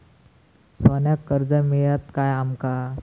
सोन्याक कर्ज मिळात काय आमका?